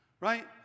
Right